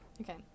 Okay